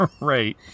Right